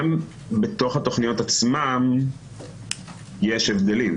גם בתוך התכניות עצמן יש הבדלים.